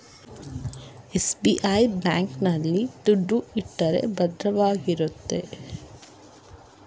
SBI bank ಆಲ್ಲಿ ದುಡ್ಡು ಇಟ್ಟರೆ ಭದ್ರವಾಗಿರುತ್ತೆ